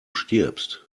stirbst